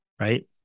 right